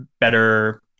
better